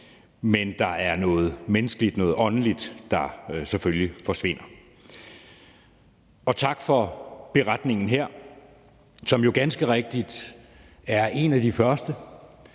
men der er noget menneskeligt, noget åndeligt, der selvfølgelig forsvinder. Tak for redegørelsen her, som ganske rigtigt er en af de første.